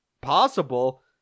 possible